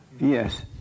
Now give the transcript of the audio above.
Yes